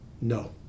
no